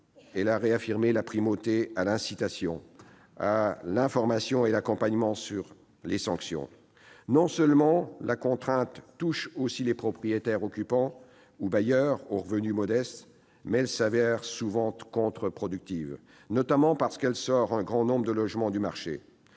Elle a réaffirmé la primauté de l'incitation, de l'information et de l'accompagnement sur la sanction. Non seulement la contrainte touche aussi les propriétaires occupants ou bailleurs aux revenus modestes, mais elle se révèle souvent contre-productive, notamment parce qu'elle sort un grand nombre de logements du marché.